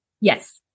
Yes